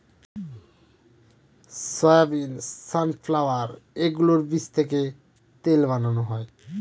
soybean, sunflower এগুলোর বীজ থেকে তেল বানানো হয়